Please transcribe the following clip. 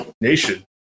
Nation